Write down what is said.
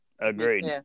agreed